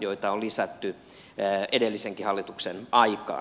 joita on lisätty edellisenkin hallituksen aikaan